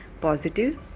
positive